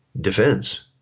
defense